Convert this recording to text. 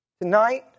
Tonight